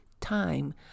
time